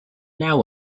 now